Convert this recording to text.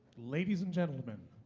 ladies and gentlemen,